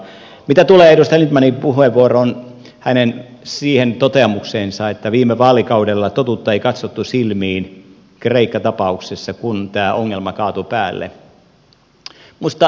mitä tulee edustaja lindtmanin puheenvuoroon hänen siihen toteamukseensa että viime vaalikaudella totuutta ei katsottu silmiin kreikka tapauksessa kun tämä ongelma kaatui päälle